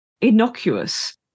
innocuous